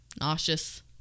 nauseous